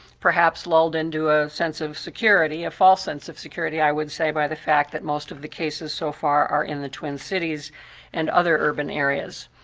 perhaps lulled into a sense of security, a false sense of security, i would say, by the fact that most of the cases so far are in the twin cities and other urban areas.